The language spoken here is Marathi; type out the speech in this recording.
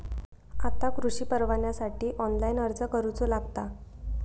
आता कृषीपरवान्यासाठी ऑनलाइन अर्ज करूचो लागता